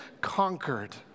conquered